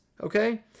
Okay